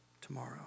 tomorrow